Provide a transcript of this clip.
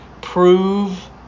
prove